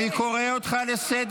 נגד מדינת ישראל.